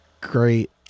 great